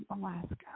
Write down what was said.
Alaska